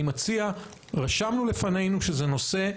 אני מציע, רשמנו לפנינו שזה נושא.